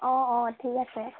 অ' অ' ঠিক আছে